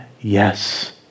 yes